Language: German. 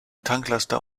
tanklaster